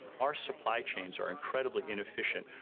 our supply chains are incredibly inefficient.